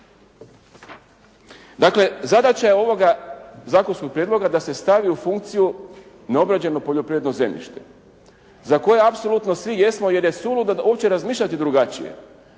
Dakle, zadaća je ovoga zakonskog prijedloga da se stavi u funkciju neobrađeno poljoprivredno zemljište za koje apsolutno svi jesmo jer je suludo uopće razmišljati drugačije.